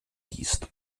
gießt